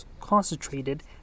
concentrated